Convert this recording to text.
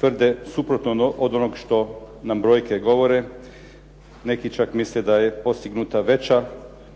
tvrde suprotno od onoga što nam brojke govore. Neki čak misle da je postignuta veća